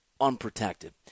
unprotected